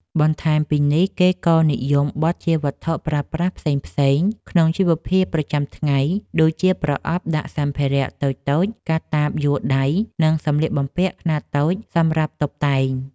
បន្ថែមពីនេះ គេក៏និយមបត់ជាវត្ថុប្រើប្រាស់ផ្សេងៗក្នុងជីវភាពប្រចាំថ្ងៃ ដូចជាប្រអប់ដាក់សម្ភារៈតូចៗ កាតាបយួរដៃ និងសម្លៀកបំពាក់ខ្នាតតូចសម្រាប់តុបតែង។